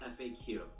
FAQ